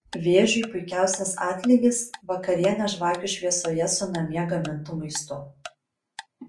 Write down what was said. vėžiui puikiausias atlygis vakarienė žvakių šviesoje su namie gamintu maistu